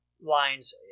lines